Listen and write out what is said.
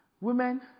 Women